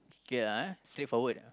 K lah eh straightforward lah